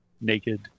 naked